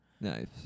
Nice